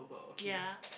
ya